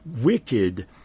wicked